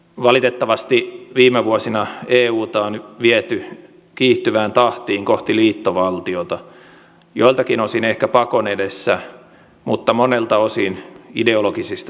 valitettavasti viime vuosina euta on viety kiihtyvään tahtiin kohti liittovaltiota joiltakin osin ehkä pakon edessä mutta monelta osin ideologisista syistä